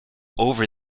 over